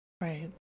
Right